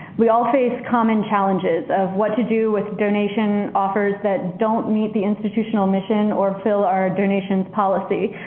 we all face common challenges of what to do with donation offers that don't meet the institutional mission or fill our donations policy.